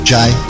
Jai